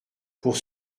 pour